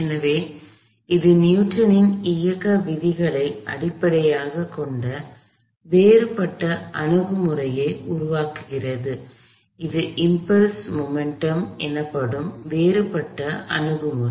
எனவே அது நியூட்டனின் இயக்க விதிகளை அடிப்படையாகக் கொண்ட வேறுபட்ட அணுகுமுறையை உருவாக்குகிறது இது இம்பல்ஸ் மொமெண்ட்டம் எனப்படும் வேறுபட்ட அணுகுமுறை